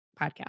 podcast